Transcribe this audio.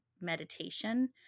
meditation